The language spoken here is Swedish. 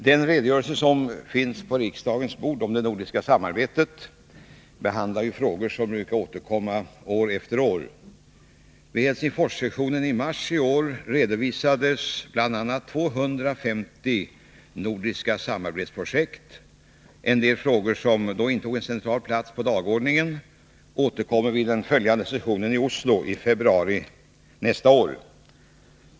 Herr talman! Den redogörelse för det nordiska samarbetet som riksdagen nu behandlar visar att flera stora frågor återkommer år efter år. Vid Helsingforssessionen i mars redovisades bl.a. 250 nordiska samarbetsprojekt. En del frågor som då intog en central plats på dagordningen återkommer vid den följande sessionen i Oslo i februari 1983.